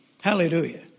Hallelujah